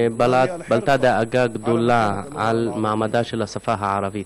בלטה דאגה גדולה למעמדה של השפה הערבית.